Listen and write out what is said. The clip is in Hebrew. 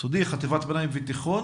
היסודי, חטיבת ביניים ותיכון,